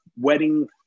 wedding